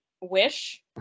wish